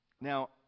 Now